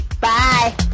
Bye